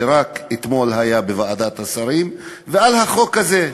שרק אתמול היה בוועדת השרים, ובחוק הזה.